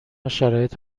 شرایط